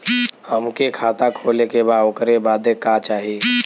हमके खाता खोले के बा ओकरे बादे का चाही?